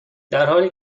درحالی